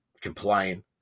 complain